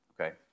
okay